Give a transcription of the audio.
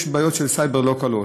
ויש בעיות של סייבר לא קלות.